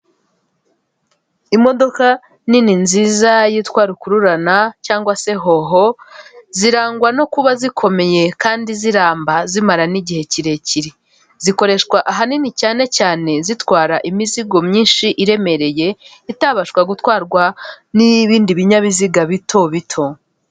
Imodoka nini nziza yitwa rukururana cyangwa se hoho, zirangwa no kuba zikomeye, kandi ziramba zimara n'igihe kirekire. Zikoreshwa ahanini cyane cyane zitwara imizigo myinshi iremereye itabashwa gutwarwa n'ibindi binyabiziga bito bito.